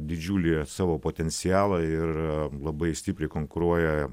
didžiulį savo potencialą ir labai stipriai konkuruoja